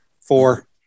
four